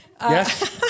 Yes